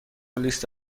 لیست